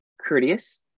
courteous